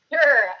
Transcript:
Sure